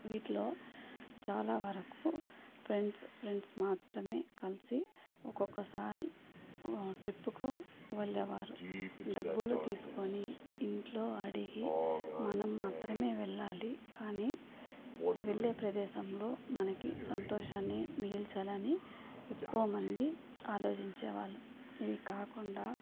వీటిలో చాలావరకు friends friends మాత్రమే కలిసి ఒక్కొక్కసారి ట్రిప్కు వెళ్ళేవారు డబ్బులు తీసుకొని ఇంట్లో అడిగి మనం మాత్రమే వెళ్ళాలి కానీ వెళ్ళే ప్రదేశంలో మనకి సంతోషాన్ని మిగిలించాలని ఎక్కువమంది ఆలోచించే వాళ్ళు ఇవి కాకుండా